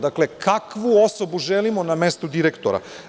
Dakle, kakvu osobu želimo na mestu direktora?